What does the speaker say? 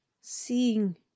seeing